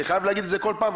אני חייב להגיד את זה כל פעם,